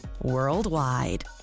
worldwide